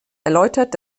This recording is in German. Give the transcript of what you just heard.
erläutert